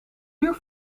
uur